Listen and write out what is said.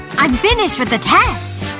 i'm finished with the test